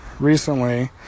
Recently